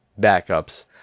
backups